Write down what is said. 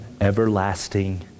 everlasting